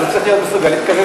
אז הוא צריך להיות מסוגל להתקזז,